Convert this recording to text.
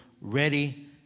ready